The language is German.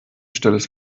stilles